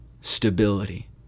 stability